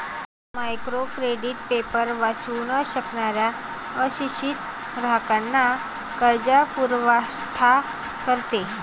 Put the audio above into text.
micro credit paper वाचू न शकणाऱ्या अशिक्षित ग्राहकांना कर्जपुरवठा करते